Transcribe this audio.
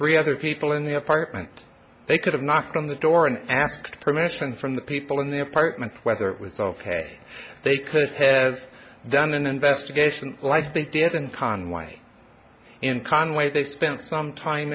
three other people in the apartment they could have knocked on the door and asked permission from the people in the apartment whether it was ok they could have done an investigation like they did and conway in conway they spent some time